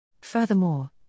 Furthermore